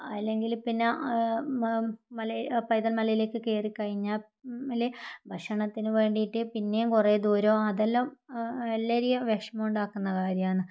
അല്ലെങ്കിൽ പിന്നെ പൈതൽ മലയിലേക്ക് കയറിക്കഴിഞ്ഞാൽ ഭക്ഷണത്തിന് വേണ്ടിയിട്ട് പിന്നേയും കുറേ ദൂരം അതെല്ലാം എല്ലാവരേയും വിഷമമുണ്ടാക്കുന്ന കാര്യങ്ങളാണ്